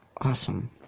awesome